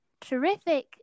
terrific